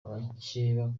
abakeba